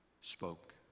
spoke